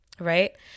Right